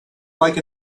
like